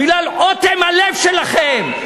בגלל אוטם הלב שלכם,